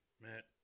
Matt